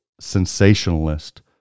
sensationalist